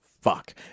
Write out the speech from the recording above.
Fuck